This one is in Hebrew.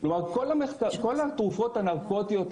הקולטנים הקנאבינואידים,